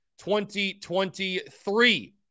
2023